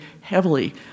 heavily